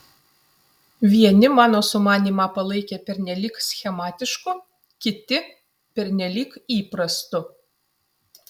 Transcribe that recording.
vieni mano sumanymą palaikė pernelyg schematišku kiti pernelyg įprastu